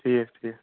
ٹھیٖک ٹھیٖک